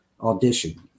audition